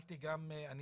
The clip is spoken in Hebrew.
שלומי,